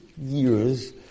years